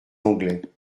anglais